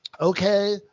okay